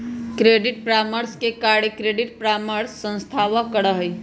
credit परामर्श के कार्य क्रेडिट परामर्श संस्थावह करा हई